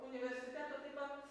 universiteto taip pat